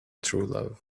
truelove